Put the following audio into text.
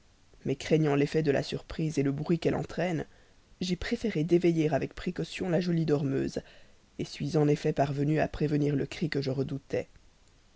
mais craignant l'effet de la surprise le bruit qu'elle entraîne j'ai préféré d'éveiller avec précaution la jolie dormeuse suis en effet parvenu à prévenir le cri que je redoutais